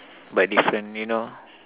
but different you know